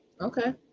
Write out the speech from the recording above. okay